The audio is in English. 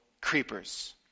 creepers